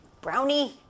brownie